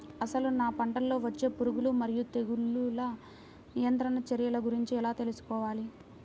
అసలు నా పంటలో వచ్చే పురుగులు మరియు తెగులుల నియంత్రణ చర్యల గురించి ఎలా తెలుసుకోవాలి?